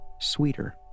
sweeter